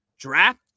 Draft